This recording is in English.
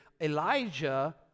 Elijah